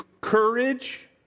courage